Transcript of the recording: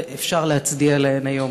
ואפשר להצדיע להן היום.